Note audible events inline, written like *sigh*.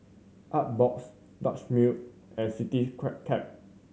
Artbox Dutch Mill and *unintelligible*